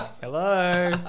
Hello